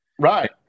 Right